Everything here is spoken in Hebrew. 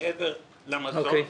מעבר למזון.